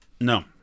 No